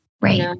right